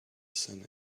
sun